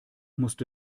musste